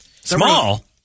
Small